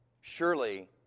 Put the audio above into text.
Surely